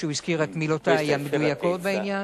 שהוא הזכיר את מילותי המדויקות בעניין,